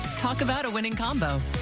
talk about a winning combo.